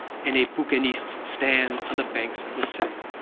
in a bouquiniste's stand on the banks of the seine.